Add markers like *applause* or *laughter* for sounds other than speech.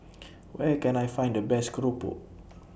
*noise* Where Can I Find The Best Keropok *noise*